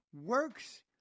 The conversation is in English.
works